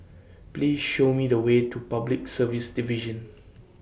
Please Show Me The Way to Public Service Division